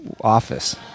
office